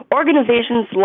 organizations